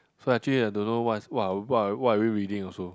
so actually I don't know what is what are what are what are we reading also